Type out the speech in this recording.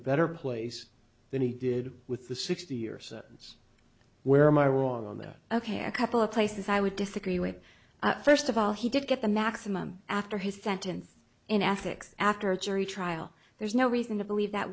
better place than he did with the sixty year sentence where am i wrong on that ok a couple of places i would disagree with first of all he did get the maximum after his sentence in ethics after a jury trial there's no reason to believe that